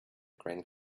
grand